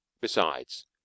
Besides